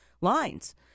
lines